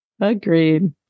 Agreed